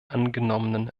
angenommenen